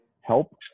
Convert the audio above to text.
help